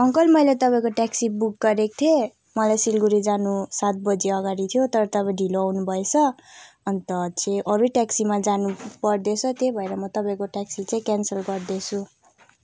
uncle मैले तपाईँको taxi book गरेको थिएँ मलाई सिलगढी जानु सात बजी अगाडि थियो तर तपाईँ ढिलो आउनुभएछ अन्त चाहिँ अरू नै ट्याक्सीमा जानु पर्दैछ त्यही भएर म तपाईँको ट्याक्सी चाहिँ क्यान्सल गर्दैछु